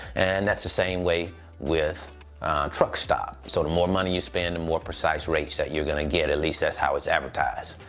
and that's the same way with truckstop. so the more money you spend, the and more precise rates that you're gonna get. at least that's how it's advertised.